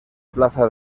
plaza